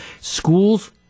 Schools